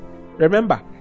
remember